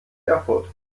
erfurt